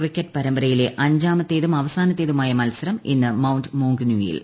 cricket പരമ്പരയിലെ അഞ്ചാമത്തേതും അവസാനത്തേതുമായ മത്സരം ഇന്ന് മൌണ്ട് മോംഗനൂയിൽ